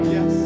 Yes